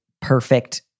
perfect